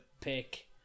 pick